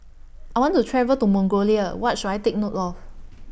I want to travel to Mongolia What should I Take note of